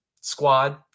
squad